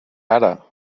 ara